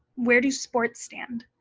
where do sports stand?